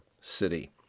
City